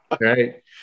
right